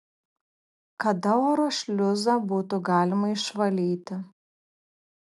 kada oro šliuzą būtų galima išvalyti